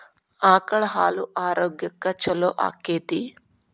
ಆಕಳ ಹಾಲು ಆರೋಗ್ಯಕ್ಕೆ ಛಲೋ ಆಕ್ಕೆತಿ?